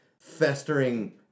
festering